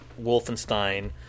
Wolfenstein